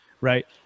right